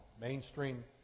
mainstream